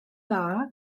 dda